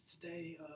today